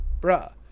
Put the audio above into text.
Bruh